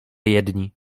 jedni